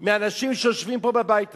מאנשים שיושבים פה בבית הזה,